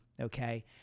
okay